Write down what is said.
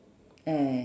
eh